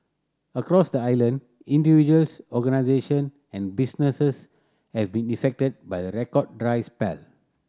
across the island individuals organisation and businesses have been by the record dry spell